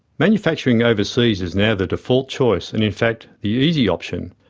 manufacturing overseas is now the default choice, and in fact the easy option.